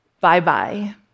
Bye-bye